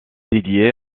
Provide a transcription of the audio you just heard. dédié